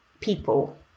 people